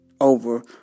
over